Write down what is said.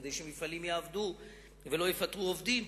כדי שמפעלים יעבדו ולא יפטרו עובדים,